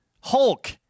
Hulk